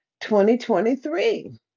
2023